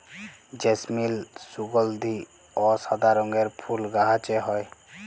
জেসমিল সুগলধি অ সাদা রঙের ফুল গাহাছে হয়